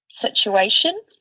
situation